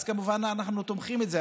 אז כמובן אנחנו תומכים בזה.